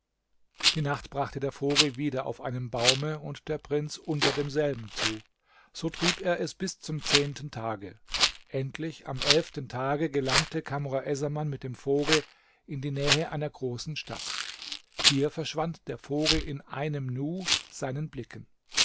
die nacht brachte der vogel wieder auf einem baume und der prinz unter demselben zu so trieb er es bis zum zehnten tage endlich am elften tage gelangte kamr essaman mit dem vogel in die nähe einer großen stadt hier verschwand der vogel in einem nu seinen blicken